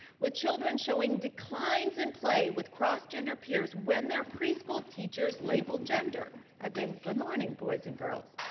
with children showing declines in play with cross-gender peers when their preschool teachers label gender, as in, good morning, boys and girls.